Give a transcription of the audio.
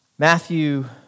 Matthew